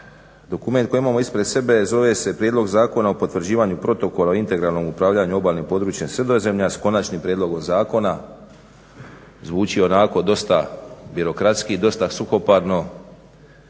Dokument koji imamo ispred sebe zove se Prijedlog Zakona o potvrđivanju protokola o integralnom upravljanju obalnim područjem Sredozemlja, s Konačnim prijedlogom zakona zvuči onako dosta birokratski, dosta suhoparno